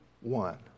one